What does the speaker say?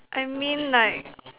I mean like